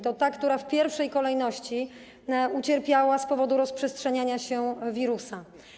To ta branża, która w pierwszej kolejności ucierpiała z powodu rozprzestrzeniania się wirusa.